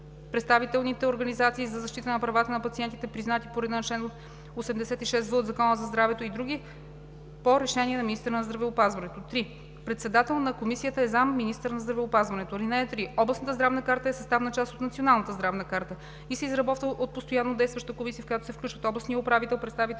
представителните организации за защита на правата на пациентите, признати по реда на чл. 86в от Закона за здравето, и други по решение на министъра на здравеопазването. 3. Председател на комисията е заместник-министър на здравеопазването. (3) Областната здравна карта е съставна част от Националната здравна карта и се изработва от постоянно действаща комисия, в която се включва областният управител, представител